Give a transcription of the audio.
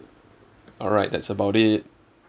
alright that's about it